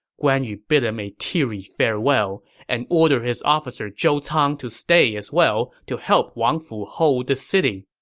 guan yu bid him a teary farewell and ordered his officer zhou cang to stay as well to help wang fu hold the city.